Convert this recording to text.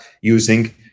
using